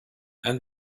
and